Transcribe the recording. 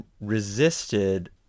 resisted